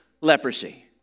leprosy